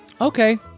okay